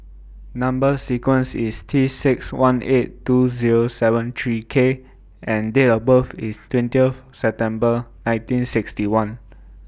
Number sequence IS T six one eight two Zero seven three K and Date of birth IS twentieth September nineteen sixty one